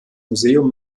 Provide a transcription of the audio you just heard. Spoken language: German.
museum